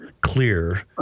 clear